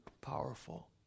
powerful